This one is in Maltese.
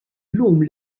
lum